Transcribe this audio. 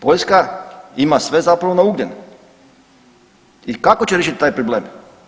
Poljska ima sve zapravo na ugljen i kako će riješiti taj problem?